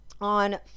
on